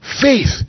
Faith